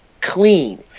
clean